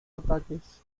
ataques